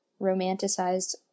romanticized